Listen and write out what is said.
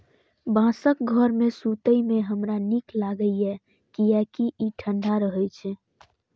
बांसक घर मे सुतै मे हमरा नीक लागैए, कियैकि ई ठंढा रहै छै